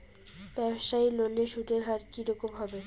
ব্যবসায়ী লোনে সুদের হার কি রকম হবে?